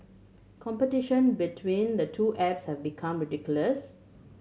competition between the two apps have become ridiculous